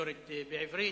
בתקשורת בעברית,